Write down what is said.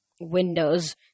windows